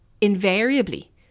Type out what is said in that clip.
invariably